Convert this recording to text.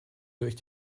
durch